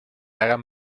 hagan